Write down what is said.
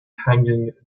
hanging